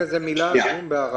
--- בוקר טוב,